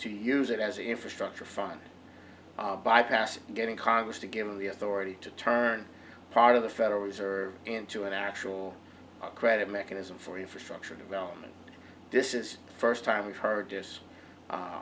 to use it as an infrastructure fund bypassing getting congress to give them the authority to turn part of the federal reserve into an actual credit mechanism for infrastructure development this is first time we've heard this